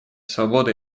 свободы